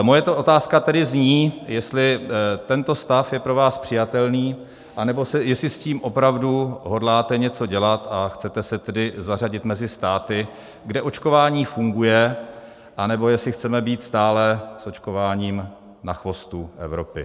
Moje otázka tedy zní, jestli tento stav je pro vás přijatelný, nebo jestli s tím opravdu hodláte něco dělat a chcete se tedy zařadit mezi státy, kde očkování funguje, anebo jestli chceme být stále s očkováním na chvostu Evropy.